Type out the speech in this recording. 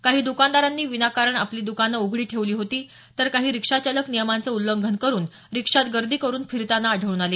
काही द्कानदारांनी विनाकारण आपली दकानं उघडी ठेवली होती तर काही रिक्षाचालक नियमांचं उल्लंघन करून रिक्षात गर्दी करून फिरताना आढळून आले